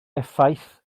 effaith